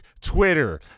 Twitter